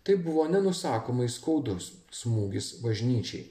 tai buvo nenusakomai skaudus smūgis bažnyčiai